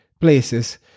places